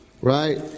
Right